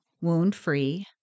wound-free